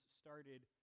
started